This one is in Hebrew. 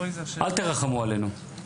אל תרחמו עלינו,